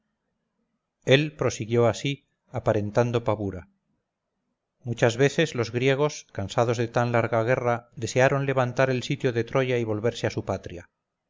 el prosiguió así aparentando pavura muchas veces los griegos cansados de tan larga guerra desearon levantar el sitio de troya y volverse a su patria